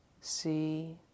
see